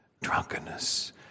Drunkenness